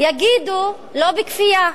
יגידו: לא בכפייה.